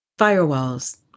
Firewalls